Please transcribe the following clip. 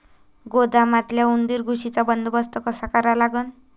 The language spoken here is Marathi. गोदामातल्या उंदीर, घुशीचा बंदोबस्त कसा करा लागन?